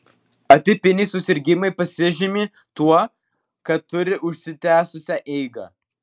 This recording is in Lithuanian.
atipiniai susirgimai pasižymi tuo kad turi užsitęsusią eigą